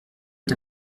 est